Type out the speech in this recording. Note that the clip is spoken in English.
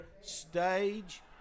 Stage